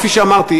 כפי שאמרתי,